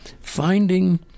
finding